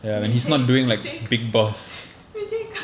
விஜய்விஜயகாந்த்விஜயகாந்த்:vijay vijayakanth vijayakanth